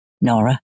Nora